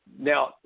Now